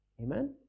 Amen